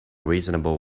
reasonable